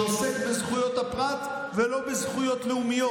שעוסק בזכויות הפרט ולא בזכויות לאומיות,